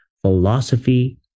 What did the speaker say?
philosophy